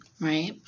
right